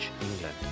england